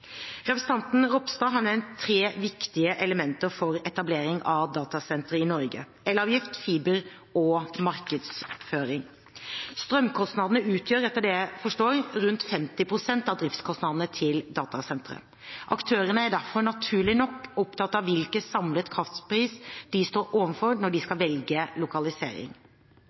Representanten Ropstad har nevnt tre viktige elementer for etablering av datasentre i Norge: elavgift, fiber og markedsføring. Strømkostnadene utgjør, etter det jeg forstår, rundt 50 pst. av driftskostnadene til datasentre. Aktørene er derfor naturlig nok opptatt av hvilken samlet kraftpris de står overfor når de